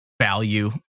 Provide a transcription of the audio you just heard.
value